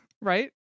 right